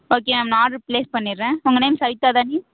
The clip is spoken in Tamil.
ஓகே மேம் நான் ஆர்ட்ரு ஃப்ளேஸ் பண்ணிடுறேன் உங்கள் நேம் சபிதா தானே